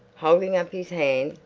holding up his hand.